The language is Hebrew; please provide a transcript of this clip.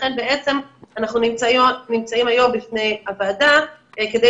ולכן בעצם אנחנו נמצאים היום בפני הוועדה כדי